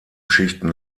schichten